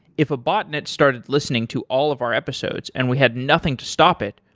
if a botnet started listening to all of our episodes and we had nothing to stop it,